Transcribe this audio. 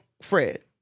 Fred